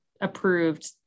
approved